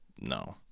no